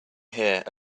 here